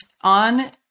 on